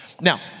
Now